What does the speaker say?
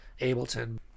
Ableton